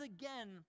again